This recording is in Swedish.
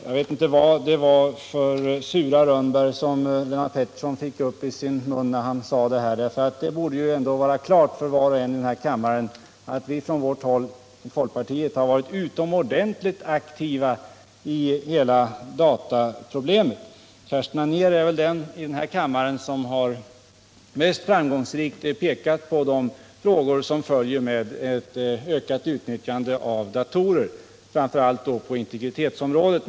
Jag vet inte vad det var för sura rönnbär som Lennart Pettersson hade fått i sin mun när han sade detta — det borde ändå vara klart för var och en av kammarens ledamöter att vi på folkpartihåll varit utomordentligt aktiva när det gällt att ta upp hela dataproblemet. Kerstin Anér är väl den i denna kammare som mest framgångsrikt har pekat på de frågor som följer med ett ökat utnyttjande av datorer, framför allt på integritetsområdet.